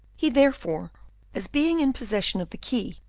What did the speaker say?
he therefore as being in possession of the key,